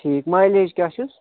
ٹھیٖک مَلیج کیٛاہ چھُس